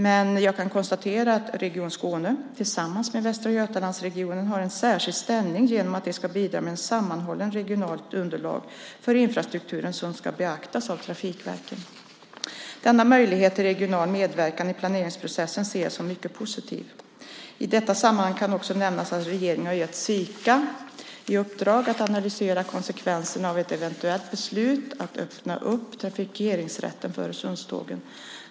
Men jag kan konstatera att Region Skåne tillsammans med Västra Götalandsregionen har en särskild ställning genom att de ska bidra med sammanhållna regionala underlag för infrastrukturen som ska beaktas av trafikverken. Denna möjlighet till regional medverkan i planeringsprocessen ser jag som mycket positiv. I detta sammanhang kan också nämnas att regeringen har gett Sika i uppdrag att analysera konsekvenserna av ett eventuellt beslut att öppna trafikeringsrätten för Öresundstågen.